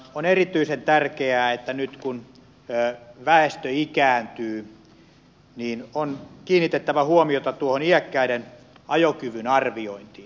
on erityisen tärkeää että nyt kun väestö ikääntyy niin on kiinnitettävä huomiota tuohon iäkkäiden ajokyvyn arviointiin